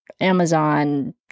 Amazon